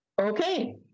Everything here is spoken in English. Okay